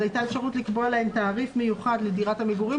אז הייתה אפשרות לקבוע להם תעריף מיוחד לדירת המגורים